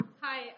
Hi